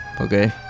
Okay